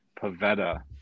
Pavetta